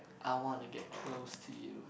I want to get close to you